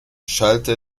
schallte